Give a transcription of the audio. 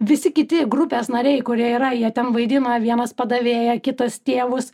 visi kiti grupės nariai kurie yra jie ten vaidina vienas padavėją kitas tėvus